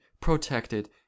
protected